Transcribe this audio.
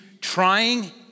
trying